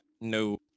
No